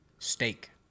Steak